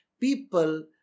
people